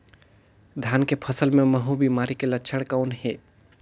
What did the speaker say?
धान के फसल मे महू बिमारी के लक्षण कौन हे?